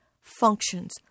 functions